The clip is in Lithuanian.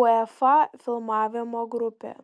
uefa filmavimo grupė